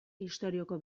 istorioko